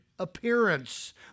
Appearance